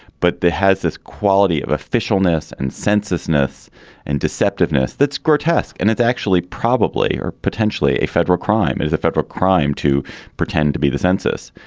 but it has this quality of official ness and census ness and receptiveness that's grotesque and it's actually probably or potentially a federal crime is a federal crime to pretend to be the census.